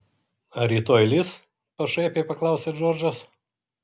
ar rytoj lis pašaipiai paklausė džordžas